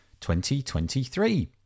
2023